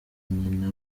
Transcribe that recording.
nyina